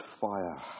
fire